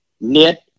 knit